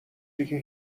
دیگه